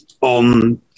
on